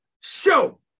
show